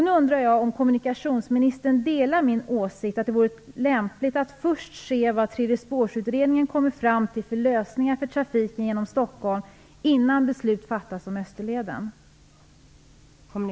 Nu undrar jag om kommunikationsministern delar min åsikt att det vore lämpligt att först se vilka lösningar för trafiken genom Stockholm som tredje-spår-utredningen kommer fram till innan beslut fattas om Österleden.